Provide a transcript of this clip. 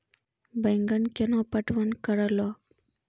बैंगन केना पटवन करऽ लो?